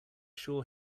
sure